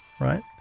Right